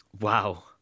Wow